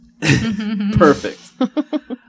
Perfect